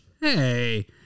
Hey